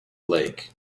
lake